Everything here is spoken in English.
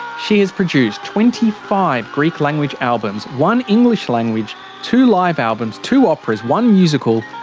she has produced twenty five greek-language albums, one english-language, two live albums, two operas, one musical,